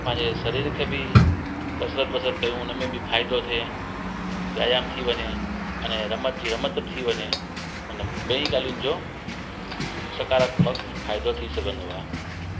पंहिंजे शरीर के बि कसरत वसरत कयूं हुन में बि फ़ाइदो थिए व्यायाम थी वञे अने रमत जी रमत बि थी वञे हुन बई ॻाल्हियुनि जो सकारात्मक फ़ाइदो थी सघंदो आहे